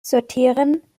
sortieren